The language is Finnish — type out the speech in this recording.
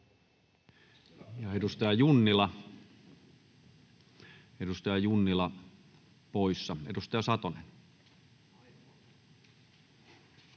edustaja Junnila poissa. — Edustaja Satonen.